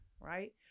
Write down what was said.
Right